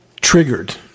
triggered